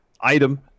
item